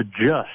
adjust